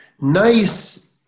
nice